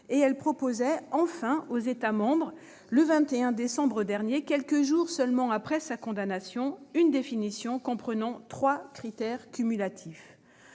finalement proposé aux États membres, le 21 décembre dernier, quelques jours seulement après sa condamnation, une définition comprenant trois critères cumulatifs.